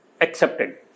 accepted